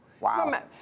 Wow